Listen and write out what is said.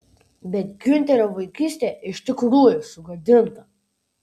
bet giunterio vaikystė iš tikrųjų sugadinta